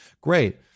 Great